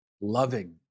loving